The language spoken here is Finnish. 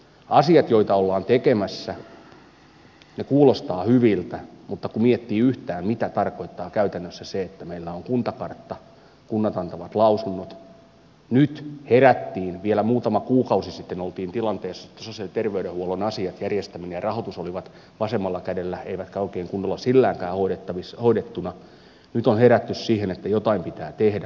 asiat joita ollaan tekemässä kuulostavat hyviltä mutta kun miettii yhtään mitä tarkoittaa käytännössä se että meillä on kuntakartta kunnat antavat lausunnot niin nyt herättiin vielä muutama kuukausi sitten oltiin tilanteessa että sosiaali ja terveydenhuollon asiat järjestäminen ja rahoitus olivat vasemmalla kädellä eivätkä oikein kunnolla silläkään hoidettuina nyt on herätty siihen että jotain pitää tehdä